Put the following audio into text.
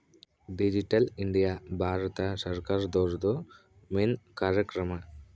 digital India Bharat ಸರ್ಕಾರ್ದೊರ್ದು main ಕಾರ್ಯಕ್ರಮ